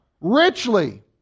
Richly